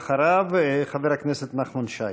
אחריו, חבר הכנסת נחמן שי.